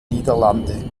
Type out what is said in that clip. niederlande